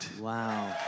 Wow